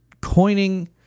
coining